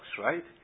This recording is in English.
right